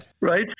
right